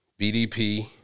BDP